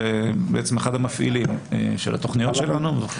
בעצם אחד המפעילים של התכניות שלנו.